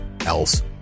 else